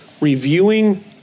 reviewing